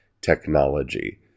technology